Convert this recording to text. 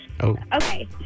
okay